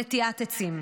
נטיעת עצים.